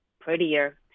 prettier